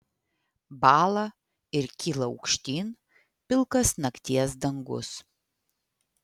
bąla ir kyla aukštyn pilkas nakties dangus